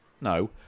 No